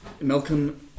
Malcolm